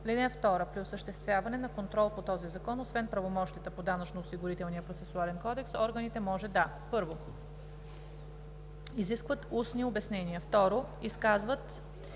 (2) При осъществяване на контрол по този закон, освен правомощията по Данъчно-осигурителния процесуален кодекс, органите може да: 1. изискват устни обяснения; 2. изискват